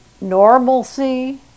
normalcy